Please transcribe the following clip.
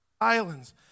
Islands